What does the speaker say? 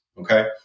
okay